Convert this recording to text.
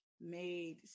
made